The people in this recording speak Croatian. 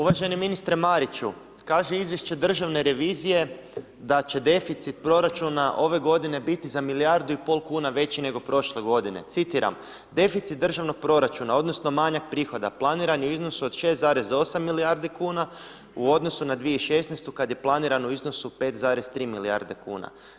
Uvaženi ministre Mariću, kaže Izvješće državne revizije da će deficit proračuna ove godine biti za milijardu i pol kuna veći nego prošle godine, citiram: „Deficit državnog proračuna odnosno manjak prihoda planirani u iznosu od 6,8 milijardi kuna u odnosu na 2016., kad je planiran u iznosu 5,3 milijarde kuna.